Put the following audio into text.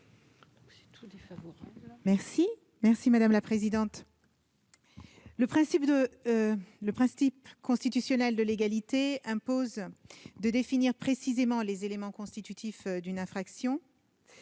l'avis du Gouvernement ? Le principe constitutionnel de légalité impose de définir précisément les éléments constitutifs d'une infraction.